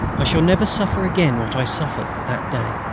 i shall never suffer again what i suffered that day.